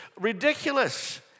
ridiculous